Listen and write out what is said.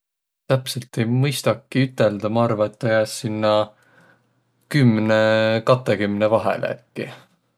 Täpselt ei mõistaki üteldäq. Ma arva, et taa jääs sinnäq kümne, katõkümne vahele äkki.